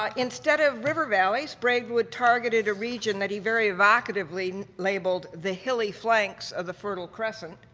um instead of river valleys, braidwood targeted a region that he very evocatively labeled the hilly flanks of the fertile crescent,